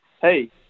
hey